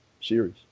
series